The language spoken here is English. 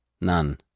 None